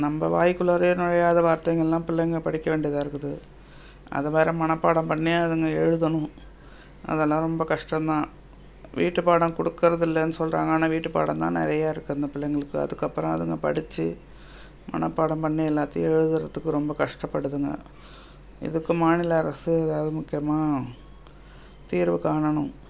நம்ப வாய்க்குள்ளாரையே நுழையாத வார்த்தைங்கெல்லாம் பிள்ளைங்கள் படிக்க வேண்டியதாக இருக்குது அது வேறு மனப்பாடம் பண்ணி அதுங்க எழுதணும் அதெல்லாம் ரொம்ப கஷ்டம் தான் வீட்டு பாடம் கொடுக்கறதில்லன்னு சொல்கிறாங்க ஆனால் வீட்டு பாடம் தான் நிறையா இருக்குது அந்த பிள்ளைங்களுக்கு அதுக்கப்புறம் அதுங்க படிச்சு மனப்பாடம் பண்ணி எல்லாத்தையும் எழுதுறதுக்கு ரொம்ப கஷ்டப்படுதுங்க இதுக்கு மாநில அரசு ஏதாவது முக்கியமான தீர்வு காணணும்